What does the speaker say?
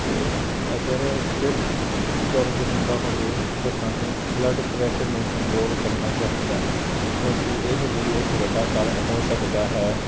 ਅਤੇ ਅਗਰ ਸਿਰ ਦਰਦ ਹੁੰਦਾ ਹੋਵੇ ਤਾਂ ਸਾਨੂੰ ਬਲੱਡ ਪ੍ਰੈਸ਼ਰ ਨੂੰ ਕੰਟਰੋਲ ਕਰਨਾ ਚਾਹੀਦਾ ਹੈ ਕਿਉਂਕਿ ਇਹ ਵੀ ਇੱਕ ਵੱਡਾ ਕਾਰਣ ਹੋ ਸਕਦਾ ਹੈ